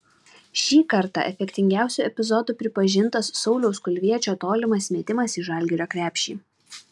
šį kartą efektingiausiu epizodu pripažintas sauliaus kulviečio tolimas metimas į žalgirio krepšį